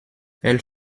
elles